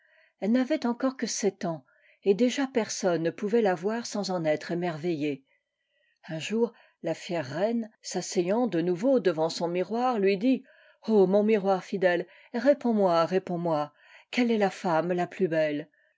elle n'avait encore que sept ans et déjà personne ne pouvait la voir sans en être émerveillé un jour la fière reine s'asseyant de nouveau devant son miroir lui dit mon miroir fidèle réponds-moi réponds-moi quelle est la femme la plus belle